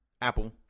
Apple